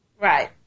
Right